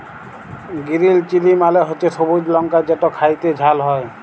গিরিল chilli মালে হছে সবুজ লংকা যেট খ্যাইতে ঝাল হ্যয়